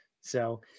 So-